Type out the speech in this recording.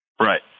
Right